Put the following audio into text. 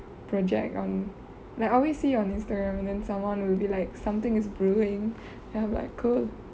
project on I always see on instagram and then someone will be like something is brewing and I'm like cool